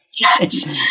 yes